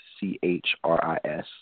C-H-R-I-S